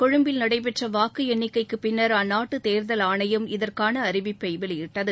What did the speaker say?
கொழும்பில் நடைபெற்ற வாக்கு எண்ணிக்கைக்கு பின்னர் அந்நாட்டு தேர்தல் ஆணையம் இதற்கான அறிவிப்பை வெளியிட்டது